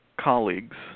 colleagues